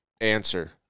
answer